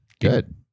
Good